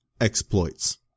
exploits